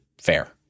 fair